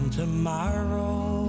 tomorrow